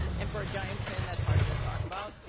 and for a giants fan, that's hard to talk about.